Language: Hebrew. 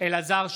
אלעזר שטרן,